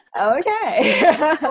okay